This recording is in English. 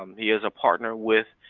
um he is a partner with